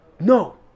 No